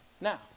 Now